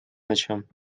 ночам